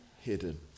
hidden